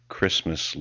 Christmas